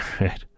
right